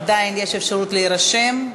עדיין יש אפשרות להירשם,